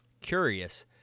curious